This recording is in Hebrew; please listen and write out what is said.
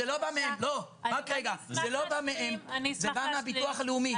זה לא בא מהם, זה בא מהביטוח הלאומי.